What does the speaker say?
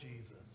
Jesus